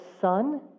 Son